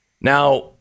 Now